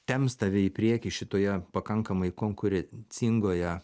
temps tave į priekį šitoje pakankamai konkurencingoje